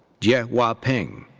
jie yeah hua peng.